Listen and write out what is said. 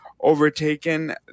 overtaken